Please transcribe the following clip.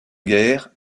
guerre